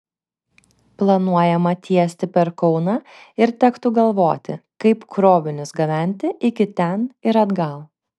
planuojama tiesti per kauną ir tektų galvoti kaip krovinius gabenti iki ten ir atgal